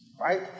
right